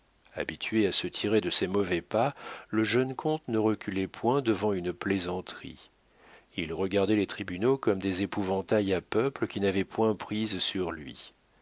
habitué à se tirer de ces mauvais pas le jeune comte ne reculait point devant une plaisanterie il regardait les tribunaux comme des épouvantails à peuple qui n'avaient point prise sur lui